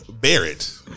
Barrett